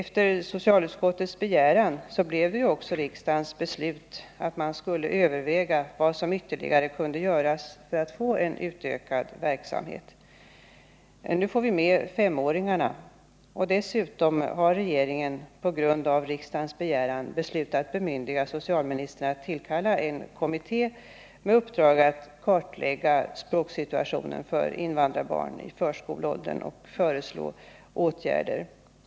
På socialutskottets begäran uttalade också riksdagen att det fanns anledning att överväga vad som ytterligare kunde göras för att få till stånd en utökad verksamhet. Nu får vi med femåringarna, och dessutom har regeringen på grund av riksdagens uttalande beslutat bemyndiga socialministern att tillkalla en kommitté med uppdrag att kartlägga språksituationen för invandrarbarn i förskoleåldern och föreslå åtgärder.